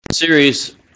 series